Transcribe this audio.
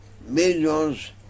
millions